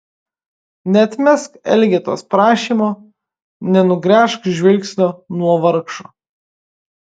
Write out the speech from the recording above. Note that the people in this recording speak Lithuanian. neatmesk elgetos prašymo nenugręžk žvilgsnio nuo vargšo